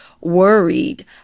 worried